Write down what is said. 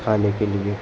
खाने के लिए